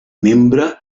membre